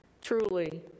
truly